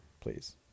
please